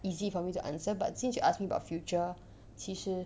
easy for me to answer but since you ask me about future 其实